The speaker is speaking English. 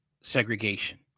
segregation